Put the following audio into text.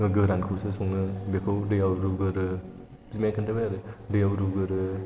गोरानखौसो सङो बेखौ दैयाव रुग्रोयो बिमाया खिन्थाबाय आरो दैआव रुग्रोयो